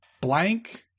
Blank